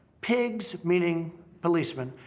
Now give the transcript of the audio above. pigs meaning policemen.